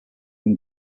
from